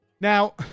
Now